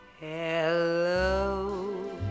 Hello